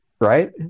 right